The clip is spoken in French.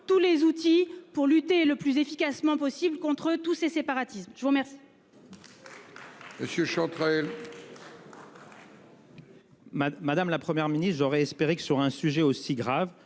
tous les outils pour lutter le plus efficacement possible contre tous ces séparatismes. La parole